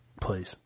Please